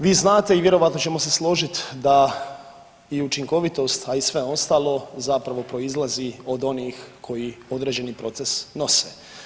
Vi znate i vjerojatno ćemo se složiti da i učinkovitost, a i sve ostalo zapravo proizlazi od onih koji određeni proces nose.